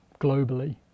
globally